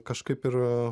kažkaip ir